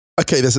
Okay